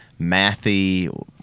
mathy